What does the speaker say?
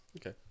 Okay